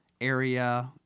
area